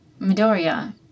Midoriya